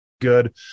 good